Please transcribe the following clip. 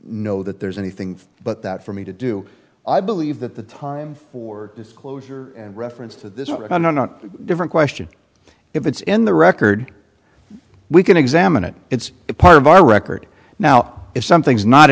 know that there's anything but that for me to do i believe that the time for disclosure reference to this but i'm not different question if it's in the record we can examine it it's a part of our record now if something's not